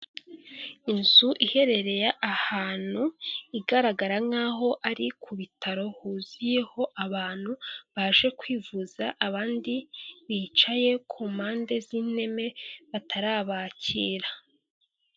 Inzu iherereye ahantu, igaragara nk'aho ari ku bitaro huzuyeho abantu baje kwivuza, abandi bicaye ku mpande z'inteme batarabakira.